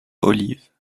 olive